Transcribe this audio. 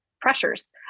pressures